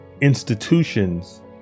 institutions